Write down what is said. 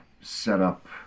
setup